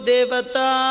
Devata